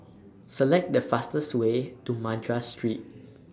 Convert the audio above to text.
Select The fastest Way to Madras Street